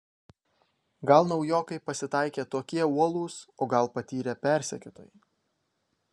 gal naujokai pasitaikė tokie uolūs o gal patyrę persekiotojai